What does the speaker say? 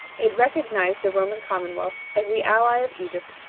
it recognized the roman commonwealth as the ally of egypt,